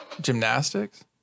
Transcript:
Gymnastics